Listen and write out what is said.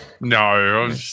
No